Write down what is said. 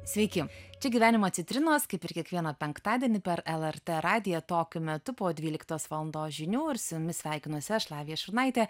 sveiki čia gyvenimo citrinos kaip ir kiekvieną penktadienį per lrt radiją tokiu metu po dvyliktos valandos žinių ir su jumis sveikinuosi aš lavija šurnaitė